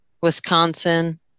Wisconsin